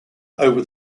over